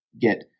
get